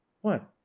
What